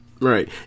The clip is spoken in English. Right